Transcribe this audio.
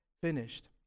finished